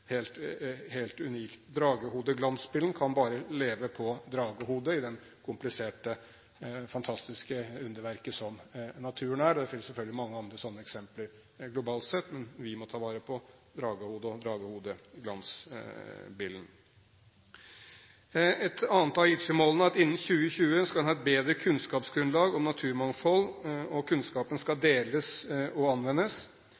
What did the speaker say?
helt unikt. Dragehodeglansbillen kan bare leve på dragehodet i det kompliserte, fantastiske underverket som naturen er. Det finnes naturligvis mange sånne eksempler globalt sett, men vi må ta vare på dragehodet og dragehodeglansbillen. Et annet av Aichi-målene er at innen 2020 skal man ha et bedre kunnskapsgrunnlag om naturmangfold, og kunnskapen skal